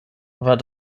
war